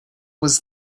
was